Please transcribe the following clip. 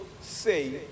say